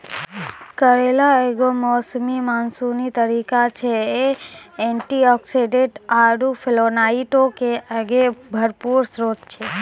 करेला एगो मौसमी मानसूनी तरकारी छै, इ एंटीआक्सीडेंट आरु फ्लेवोनोइडो के एगो भरपूर स्त्रोत छै